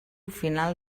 final